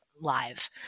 live